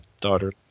daughter